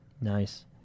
Nice